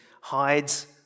hides